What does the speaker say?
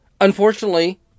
Unfortunately